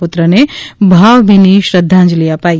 પુત્રને ભાવભીની શ્રધ્ધાંજલી અપાઇ